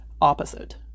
opposite